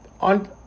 on